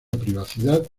privacidad